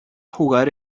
jugar